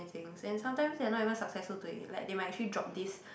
things and sometimes they are not even successful to it like they might actually drop this